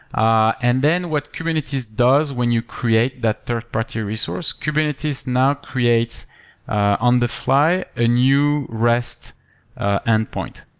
ah and then what kubernetes does when you create that third-party resource, kubernetes now creates on the fly a new rest endpoint.